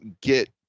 get